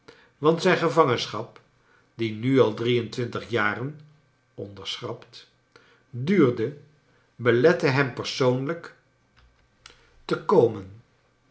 want zijn gevangenschap die nu al drie en twin tig jaren onderschrapt duurde belette hem persoonlijk te kornen